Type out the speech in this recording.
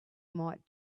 might